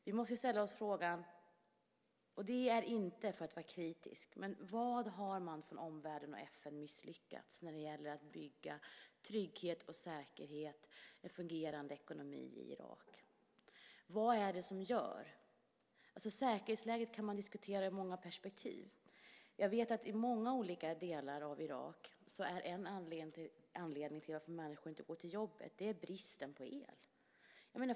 Jag säger inte det här för att vara kritisk, men vi måste ställa oss frågan: Var har man från omvärlden och FN misslyckats när det gäller att bygga trygghet, säkerhet och fungerande ekonomi i Irak? Vad är det som gör detta? Säkerhetsläget kan man diskutera ur många perspektiv. Jag vet att i många olika delar av Irak är en av anledningarna till att människor inte går till jobbet helt enkelt bristen på el.